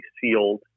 sealed